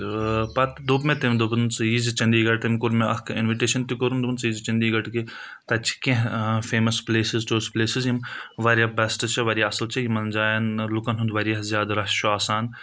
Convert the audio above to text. تہٕ پَتہٕ دوٚپ مےٚ تٔمۍ دوٚپُن ژٕ ییٖزِ چَنٛدی گڑھ تٔمۍ کوٚر مےٚ اکھ اِنوِٹیشَن تہِ کوٚرُن دوٚپُن ژٕ یٖزِ چَنٛدی گڑھ کہِ تَتہِ چھِ کینٛہہ فیمَس پٕلَیسٕز ٹورِس پٕلَیسٕز یِم واریاہ بَیسٹہٕ چھِ واریاہ اَصٕل چھِ یِمَن جایَن لُکَن ہُنٛد واریاہ زیادٕ رَش چھُ آسان